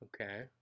Okay